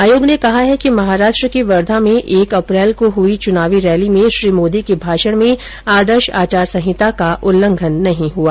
आयोग ने कहा कि महाराष्ट्र के वर्धा में एक अप्रैल को हुई चुनावी रैली में श्री मोदी के भाषण में आदर्श आचार संहिता का उल्लंघन नहीं हुआ